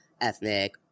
ethnic